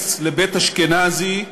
שטייניץ לבית אשכנזי,